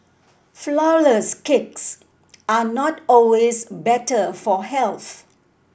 flourless cakes are not always better for health